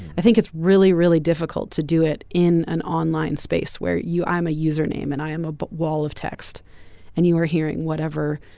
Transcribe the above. i think it's really really difficult to do it in an online space where you i'm a user name and i am a but wall of text and you are hearing whatever